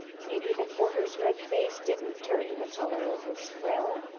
maybe the porter's red face didn't turn the colour of his frill,